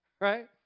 right